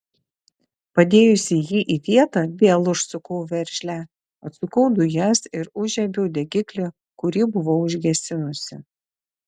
padėjusi jį į vietą vėl užsukau veržlę atsukau dujas ir užžiebiau degiklį kurį buvau užgesinusi